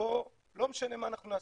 ופה לא משנה מה נעשה,